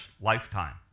lifetime